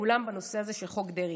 זה מגולם בסיפור הזה של חוק דרעי.